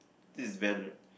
this is van [right]